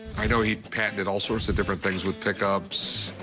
i know he patented all sorts of different things with pickups,